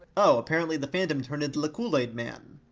oh, apparently the phantom turned into the kool aid man.